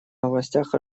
новостях